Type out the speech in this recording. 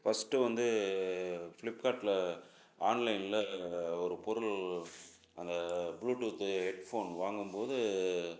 first வந்து ஃப்ளிப்கார்ட்டில் ஆன்லைனில் ஒரு பொருள் அந்த ப்ளூடூத்து ஹெட்ஃபோன் வாங்கும்போது